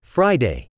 Friday